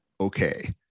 okay